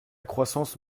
croissance